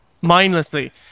mindlessly